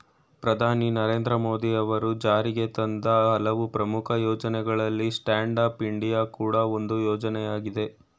ಪ್ರಧಾನಿ ನರೇಂದ್ರ ಮೋದಿ ಅವರು ಜಾರಿಗೆತಂದ ಹಲವು ಪ್ರಮುಖ ಯೋಜ್ನಗಳಲ್ಲಿ ಸ್ಟ್ಯಾಂಡ್ ಅಪ್ ಇಂಡಿಯಾ ಕೂಡ ಒಂದು ಯೋಜ್ನಯಾಗಿದೆ